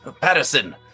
Patterson